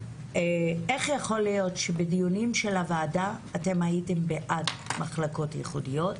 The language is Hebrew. איך יכול להיות שבדיונים של הוועדה אתם הייתם בעד מחלקות ייעודיות,